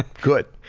good,